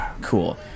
Cool